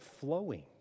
flowing